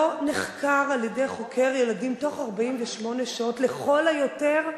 לא נחקרים על-ידי חוקר ילדים בתוך 48 שעות לכל היותר.